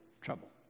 trouble